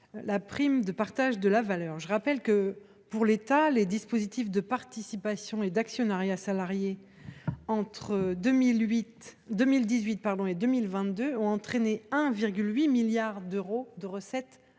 la prime de partage de la valeur. Je rappelle que, pour l’État, les dispositifs de participation et d’actionnariat salarié ont entraîné, entre 2018 et 2022, 1,8 milliard d’euros de recettes induites.